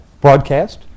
broadcast